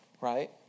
right